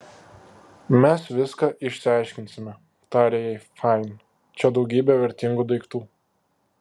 mes viską išsiaiškinsime tarė jai fain čia daugybė vertingų daiktų